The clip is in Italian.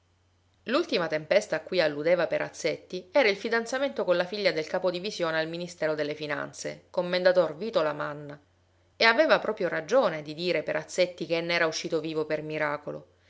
l'ultima tempesta a cui alludeva perazzetti era il fidanzamento con la figlia del capodivisione al ministero delle finanze commendator vico lamanna e aveva proprio ragione di dire perazzetti che ne era uscito vivo per miracolo